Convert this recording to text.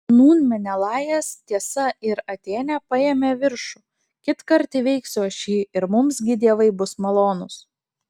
nūn menelajas tiesa ir atėnė paėmė viršų kitkart įveiksiu aš jį ir mums gi dievai bus malonūs